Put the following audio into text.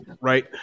Right